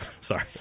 Sorry